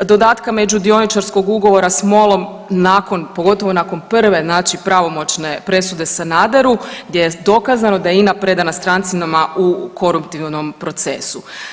dodatne međudioničarskog ugovora s MOL-om nakon, pogotovo nakon prve znači pravomoćne presude Sanaderu gdje je dokazano da je INA predana strancima u koruptivnom procesu.